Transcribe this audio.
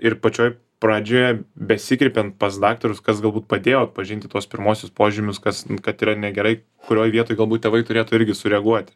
ir pačioj pradžioje besikreipiant pas daktarus kas galbūt padėjo atpažinti tuos pirmuosius požymius kas kad yra negerai kurioj vietoj galbūt tėvai turėtų irgi sureaguoti